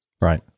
Right